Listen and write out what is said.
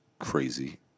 crazy